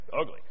ugly